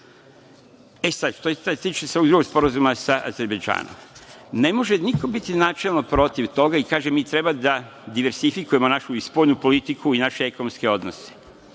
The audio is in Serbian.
to je što se tiče ovog drugog sporazuma sa Azerbejdžanom. Ne može niko biti načelno protiv toga i, kažem, treba da diversifikujemo i našu spoljnu politiku i naše ekonomske odnose. Ja